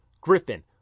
griffin